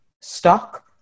stock